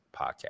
podcast